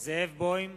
זאב בוים,